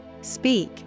Speak